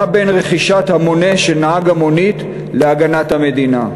מה בין רכישת מונה של נהג מונית להגנת המדינה?